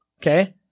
Okay